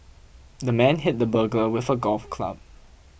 the man hit the burglar with a golf club